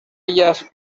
ellas